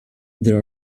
there